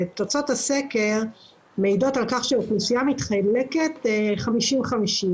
תוצאות הסקר מעידות על כך שהאוכלוסייה מתחלקת חצי-חצי.